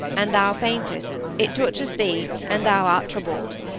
and thou faintest, it toucheth thee and thou art troubled